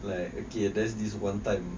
like okay there's this one time